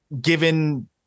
given